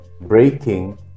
breaking